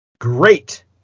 Great